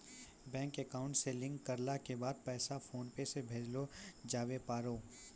bank account से link करला के बाद पैसा फोनपे से भेजलो जावै पारै